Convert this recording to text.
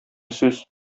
сүз